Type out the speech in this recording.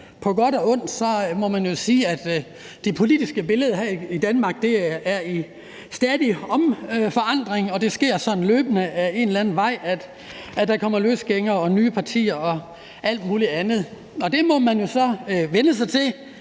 På godt og ondt må man jo sige, at det politiske billede her i Danmark er i stadig forandring, og det sker sådan løbende ad en eller anden vej, at der kommer løsgængere og nye partier og alt muligt andet. Og det må man jo så vænne sig til.